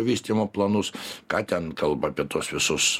vystymo planus ką ten kalba apie tuos visus